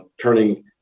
turning